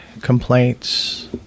complaints